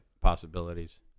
possibilities